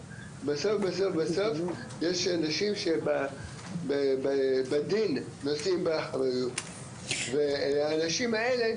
בסוף בסוף יש אנשים שבדין נושאים באחריות והאנשים האלה,